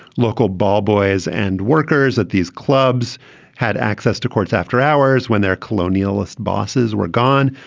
local ball boys and workers at these clubs had access to courts after hours when their colonialist bosses were gone.